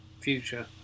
Future